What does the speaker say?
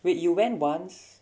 wait you went once